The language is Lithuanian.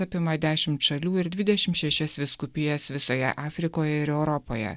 apima dešim šalių ir dvidešim šešias vyskupijas visoje afrikoje ir europoje